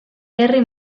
herri